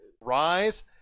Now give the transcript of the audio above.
rise